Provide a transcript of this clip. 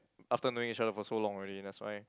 after knowing each other for so long already that's why